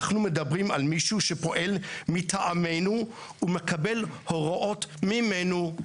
אנחנו מדברים על מישהו שפועל מטעמנו ומקבל הוראות ממנו,